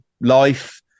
life